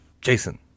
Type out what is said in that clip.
Jason